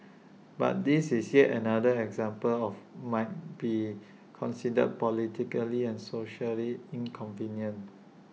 but this is yet another example of might be considered politically and socially inconvenient